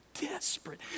desperate